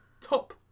Top